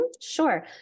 Sure